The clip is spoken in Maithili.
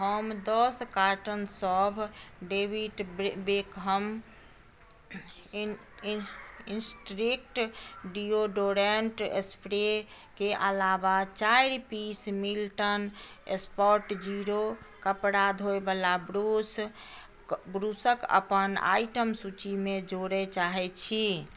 हम दस कार्टन सभ डेबिट बेकहम इंस्ट्रीक्ट डियोडोरेन्ट स्प्रे के अलावा चारि पीस मिल्टन स्पॉट जीरो कपड़ा धोयवला ब्रूसक अपन आइटम सूचिमे जोड़े चाहै छी